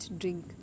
drink